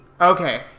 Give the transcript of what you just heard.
Okay